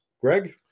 Greg